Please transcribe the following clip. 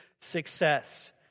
success